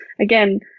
again